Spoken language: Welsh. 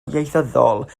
ieithyddol